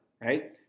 right